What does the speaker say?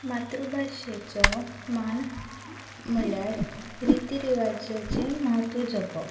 मातृ भाशेचो मान म्हणल्यार रिती रिवाजाचें म्हत्व जपप